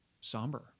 somber